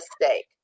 mistake